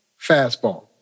fastball